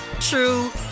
true